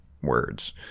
words